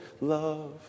love